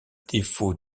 défaut